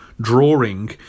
drawing